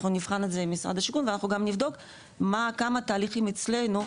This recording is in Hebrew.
אנחנו נבחן את זה עם משרד השיכון ואנחנו גם נבדוק כמה תהליכים אצלנו.